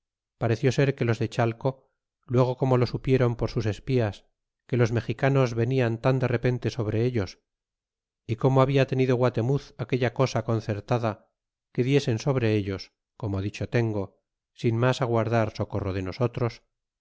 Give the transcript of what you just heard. pareció ser que los de chalco luego como lo supieron por sus espías que los mexicanos venían tan de repente sobre ellos y como habia tenido guatemuz aquella cosa concertada que diesen sobre ellos como dicho tengo sin mas aguardar socorro de nosotros